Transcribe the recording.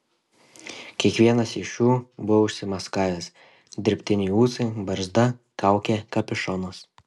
kiekvienas iš jų buvo užsimaskavęs dirbtiniai ūsai barzda kaukė kapišonas